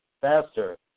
faster